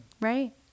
Right